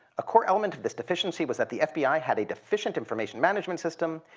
a core element to this deficiency was that the fbi had a deficient information management system.